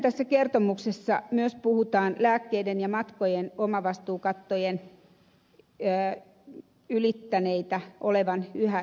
tässä kertomuksessa myös sanotaan lääkkeiden ja matkojen omavastuukattojen ylittäneitä olevan yhä enemmän